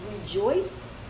rejoice